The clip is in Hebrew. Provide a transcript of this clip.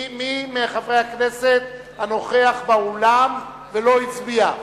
מי מחברי הכנסת הנוכח באולם לא הצביע?